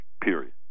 period